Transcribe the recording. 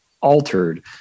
altered